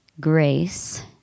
Grace